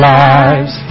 lives